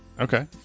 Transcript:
Okay